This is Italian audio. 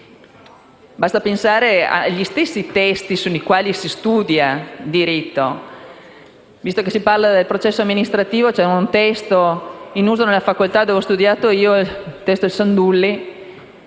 Basti pensare ai testi sui quali si studia il diritto. Visto che si parla del processo amministrativo, c'è un testo che era in uso nella facoltà dove ho studiato, il Sandulli,